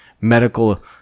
medical